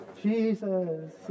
Jesus